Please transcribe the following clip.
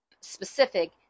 specific